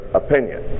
opinion